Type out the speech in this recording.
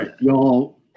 Y'all